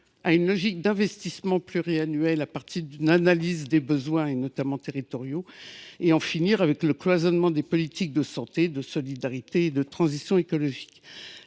à une logique d’investissements pluriannuels, à partir d’une analyse des besoins, notamment territoriaux ; en finir avec le cloisonnement des politiques de santé, de solidarité et de transition écologique.